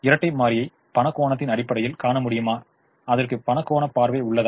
இரட்டை மாறியை பணக் கோணத்தின் அடிப்படையில் காணமுடியுமா அதற்கு பணக் கோண பார்வை உள்ளதா